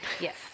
Yes